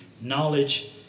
knowledge